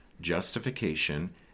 justification